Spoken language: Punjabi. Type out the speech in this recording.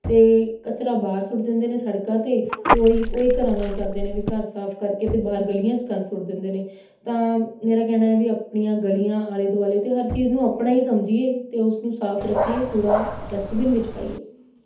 ਅਤੇ ਕਚਰਾ ਬਾਹਰ ਸੁੱਟ ਦਿੰਦੇ ਨੇ ਸੜਕਾਂ 'ਤੇ ਅਤੇ ਉਹੀ ਉਹੀ ਘਰਾਂ ਨਾਲ ਕਰਦੇ ਨੇ ਵੀ ਘਰ ਸਾਫ ਕਰਕੇ ਅਤੇ ਬਾਹਰ ਗਲੀਆਂ 'ਚ ਗੰਦ ਸੁੱਟ ਦਿੰਦੇ ਨੇ ਤਾਂ ਮੇਰਾ ਕਹਿਣਾ ਵੀ ਆਪਣੀਆਂ ਗਲੀਆਂ ਆਲੇ ਦੁਆਲੇ ਅਤੇ ਹਰ ਚੀਜ਼ ਨੂੰ ਆਪਣਾ ਹੀ ਸਮਝੀਏ ਅਤੇ ਉਸਨੂੰ ਸਾਫ ਰੱਖੀਏ ਕੂੜਾ ਡਸਟਬਿਨ ਵਿੱਚ ਪਾਈਏ